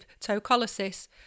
tocolysis